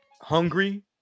hungry